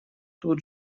тут